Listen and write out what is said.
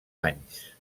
anys